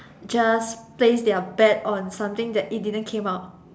just place their bet on something that it didn't came out